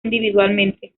individualmente